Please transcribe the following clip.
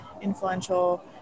influential